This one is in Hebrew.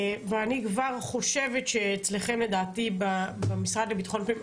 ואני כבר חושבת שאצלכם לדעתי במשרד לביטחון פנים,